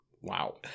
wow